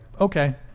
Okay